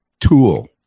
tool